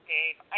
Dave